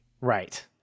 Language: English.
Right